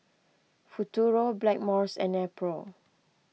Futuro Blackmores and Nepro